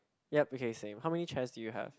yup okay same how many chairs do you have